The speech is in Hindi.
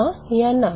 हाँ या ना